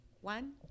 one